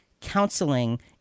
counseling